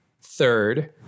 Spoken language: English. Third